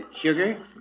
Sugar